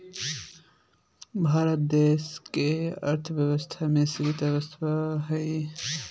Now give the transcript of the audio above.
भारत देश के अर्थव्यवस्था मिश्रित अर्थव्यवस्था हइ